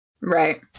Right